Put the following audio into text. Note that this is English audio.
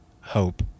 hope